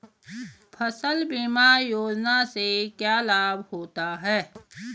फसल बीमा योजना से क्या लाभ होता है?